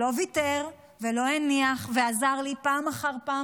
שלא ויתר ולא הניח ועזר לי פעם אחר פעם